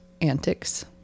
antics